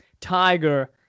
Tiger